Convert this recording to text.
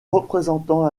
représentant